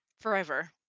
forever